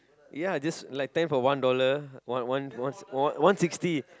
ya just like ten for one dollar one one one one one sixty